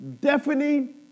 deafening